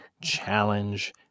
challenge